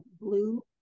blue